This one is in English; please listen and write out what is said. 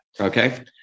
Okay